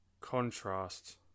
Contrast